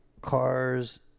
cars